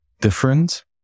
different